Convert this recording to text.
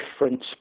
difference